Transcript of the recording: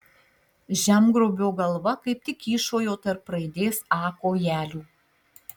žemgrobio galva kaip tik kyšojo tarp raidės a kojelių